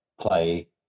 play